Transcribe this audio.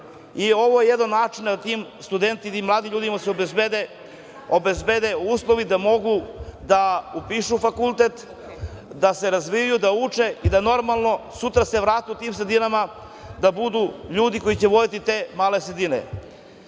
i ovo je jedan od načina da se tim mladim ljudima obezbede uslovi da mogu da upišu fakultet, da se razvijaju, da uče i da normalno se sutra vrate u tim sredinama da budu ljudi koji će voditi te male seredine.4/1